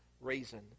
reason